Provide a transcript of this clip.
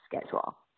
schedule